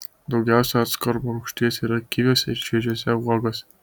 daugiausia askorbo rūgšties yra kiviuose ir šviežiose uogose